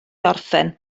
orffen